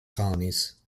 colonies